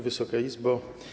Wysoka Izbo!